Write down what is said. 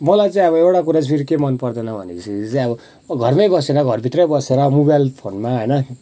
मलाई चाहिँ अब एउटा कुरा चाहिँ फेरि के मन पर्दैन भन्दाखेरि चाहिँ अब घरमै बसेर घरभित्रै बसेर मोबाइल फोनमा होइन